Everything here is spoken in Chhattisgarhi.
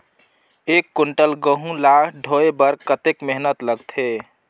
एक कुंटल गहूं ला ढोए बर कतेक मेहनत लगथे?